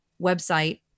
website